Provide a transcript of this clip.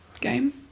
game